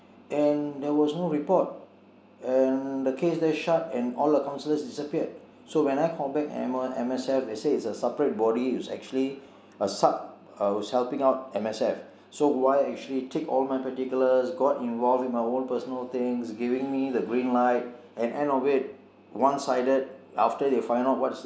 and there was no report and the case then shut and all the counsellors disappeared so when i called back M_S_F they said it's a separate body it's actually a sub that was helping out M_S_F so why did she take all my particulars got involved in my own personal things giving me the green light and at the end of it one sided after they find out what's the